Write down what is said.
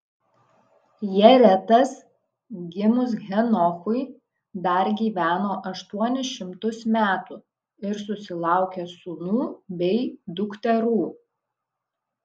jaretas gimus henochui dar gyveno aštuonis šimtus metų ir susilaukė sūnų bei dukterų